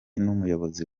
n’umuyobozi